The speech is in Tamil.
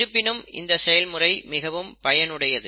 இருப்பினும் இந்த செயல்முறை மிகவும் பயனுடையது